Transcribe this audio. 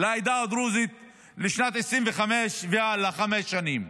לעדה הדרוזית לשנת 2025 והלאה, לחמש שנים.